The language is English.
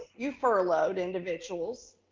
you furloughed individuals,